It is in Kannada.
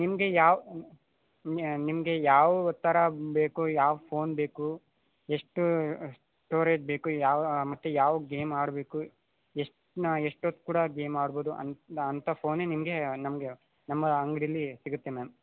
ನಿಮಗೆ ಯಾವ ನಿಮಗೆ ಯಾವ ಥರ ಬೇಕು ಯಾವ ಫೋನ್ ಬೇಕು ಎಷ್ಟು ಸ್ಟೋರೇಜ್ ಬೇಕು ಯಾವ ಮತ್ತು ಯಾವ ಗೇಮ್ ಆಡಬೇಕು ಎಷ್ಟ್ನ ಎಷ್ಟೊತ್ತು ಕೂಡ ಗೇಮ್ ಆಡ್ಬೌದು ಅಂಥ ಫೋನೇ ನಿಮಗೆ ನಮ್ಗೆ ನಮ್ಮ ಅಂಗ್ಡೀಲಿ ಸಿಗುತ್ತೆ ಮ್ಯಾಮ್